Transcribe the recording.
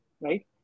right